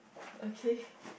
okay